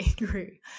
angry